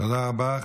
תודה רבה.